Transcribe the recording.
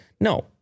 No